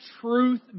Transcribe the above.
truth